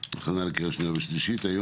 הכנה לקריאה השנייה והשלישית.